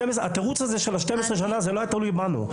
התירוץ הזה של ה-12 שנים, זה לא היה תלוי בנו.